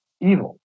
evil